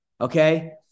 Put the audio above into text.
okay